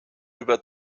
über